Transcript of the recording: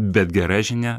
bet gera žinia